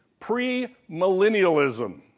premillennialism